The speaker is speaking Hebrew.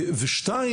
שנית,